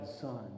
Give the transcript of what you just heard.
son